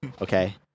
okay